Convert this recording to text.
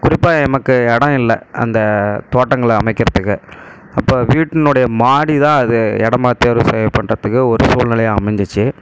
குறிப்பாக எமக்கு இடம் இல்லை அந்த தோட்டங்களை அமைக்கிறதுக்கு அப்போ வீட்டினுடைய மாடி தான் அது இடமாக தேர்வு செய்யப்பட்டதுக்கு ஒரு சூழ்நிலையாக அமைஞ்சிச்சு